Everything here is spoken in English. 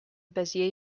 bezier